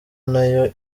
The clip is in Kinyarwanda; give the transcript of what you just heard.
nayo